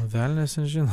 velnias ten žino